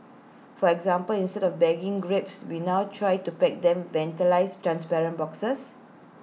for example instead of bagging grapes we now try to pack them ventilator transparent boxes